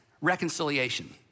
reconciliation